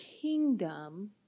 kingdom